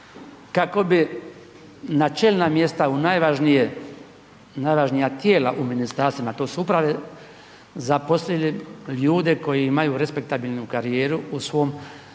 kako bi na čelna mjesta u najvažnije, najvažnija tijela u ministarstvima, a to su uprave zaposlili ljude koji imaju respektabilnu karijeru u svom